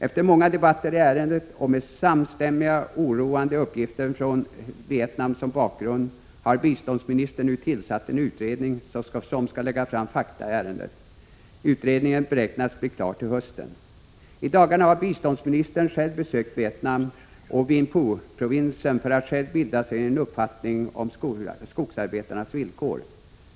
Efter många debatter i ärendet och med samstämmiga oroande uppgifter från Vietnam som bakgrund har biståndsministern nu tillsatt en utredning som skall lägga fram fakta i ärendet. Utredningen beräknas bli klar till hösten. I dagarna har biståndsministern själv besökt Vietnam och Vinh Phuprovinsen för att själv bilda sig en uppfattning om skogsarbetarnas villkor.